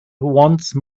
once